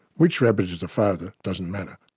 which rabbit is is the father doesn't matter.